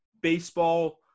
baseball